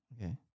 Okay